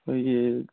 ꯑꯩꯈꯣꯏꯒꯤ